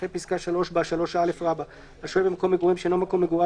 אחרי פסקה (3) בא: "(3א)השוהה במקום מגורים שאינו מקום מגוריו,